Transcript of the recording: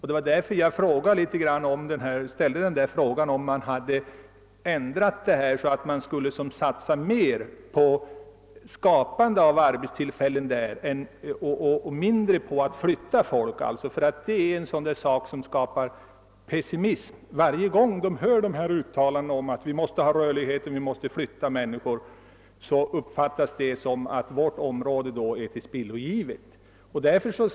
Det var därför jag ställde frågan om regeringen hade ändrat sig och ville satsa mer på skapande av arbetstillfällen där och mindre på att flytta folk. Varje gång folk hör uttalanden om att vi måste ha rörlighet, att människor måste flytta, uppfattas det nämligen så att området är tillspillogivet, och det uppstår pessimism.